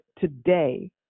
today